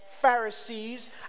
Pharisees